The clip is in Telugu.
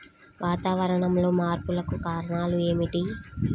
వాతావరణంలో మార్పులకు కారణాలు ఏమిటి?